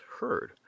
heard